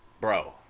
bro